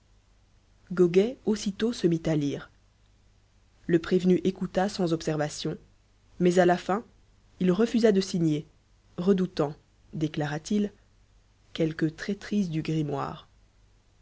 goguet aussitôt se mit à lire le prévenu écouta sans observations mais à la fin il refusa de signer redoutant déclara-t-il quelque traîtrise du grimoire